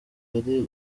ari